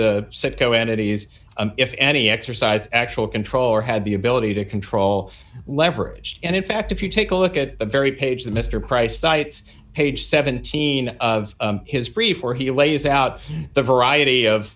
entities if any exercised actual control or had the ability to control leverage and in fact if you take a look at the very page that mr price cites page seventeen of his brief or he lays out the variety of